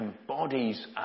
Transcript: embodies